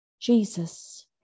Jesus